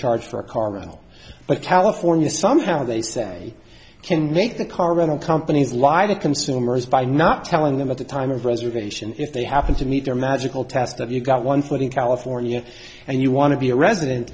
charge for a car rental but california somehow they say can make the car rental companies lie the consumers by not telling them at the time of reservation if they happen to meet their magical task that you got one foot in california and you want to be a resident